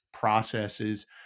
processes